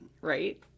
Right